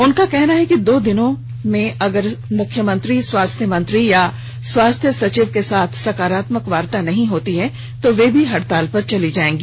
उनका कहना है कि दो दिनों में अगर मुख्यमंत्री स्वास्थ्य मंत्री या स्वास्थ्य सचिव के साथ सकारात्मक वार्ता नहीं है तो वे भी हड़ताल पर चली जाएगी